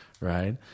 right